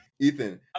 Ethan